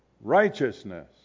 righteousness